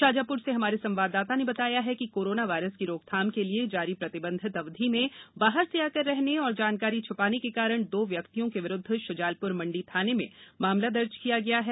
शाजापुर से हमारे संवाददाता ने बताया है कि कोरोना वायरस की रोकथाम के लिए जारी प्रतिबंधित अवधि में बाहर से आकर रहने और जानकारी छपाने के कारण दो व्यक्तियों के विरूद्व श्रजालपुर मंडी थाने में मामला दर्ज किया गया है